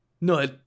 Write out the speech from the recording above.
No